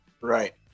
Right